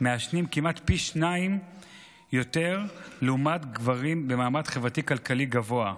מעשנים כמעט פי שניים יותר מגברים במעמד חברתי-כלכלי גבוה,